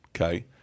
okay